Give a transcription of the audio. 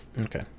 Okay